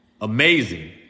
amazing